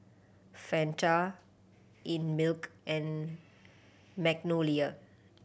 Fanta Einmilk and Magnolia